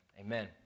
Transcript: Amen